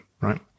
right